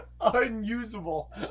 Unusable